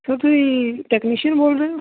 sir ਤੁਸੀਂ technician ਬੋਲ ਰਹੇ ਹੋ